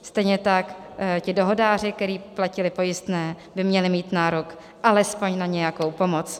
Stejně tak ti dohodáři, kteří platili pojistné, by měli mít nárok alespoň na nějakou pomoc.